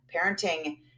Parenting